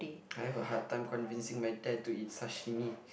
I have a hard time convincing my dad to eat sashimi